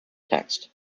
text